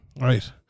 right